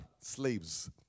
slaves